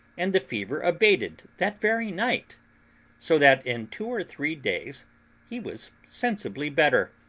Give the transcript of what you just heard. and the fever abated that very night so that in two or three days he was sensibly better,